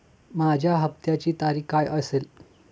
माझ्या हप्त्याची तारीख काय असेल?